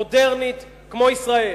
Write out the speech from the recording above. מודרנית, כמו ישראל.